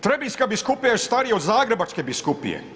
Trebinjska biskupija je starija od Zagrebačke biskupije.